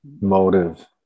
motive